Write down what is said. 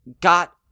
got